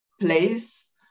place